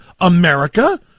America